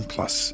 Plus